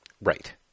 Right